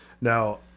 Now